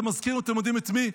זה מזכיר, אתם יודעים את מי?